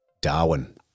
darwin